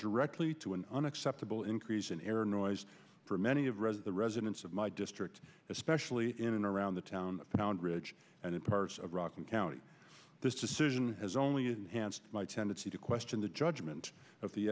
directly to an unacceptable increase in air noise for many of rez the residents of my district especially in and around the town around ridge and in parts of rockland county this decision has only and hands my tendency to question the judgment of the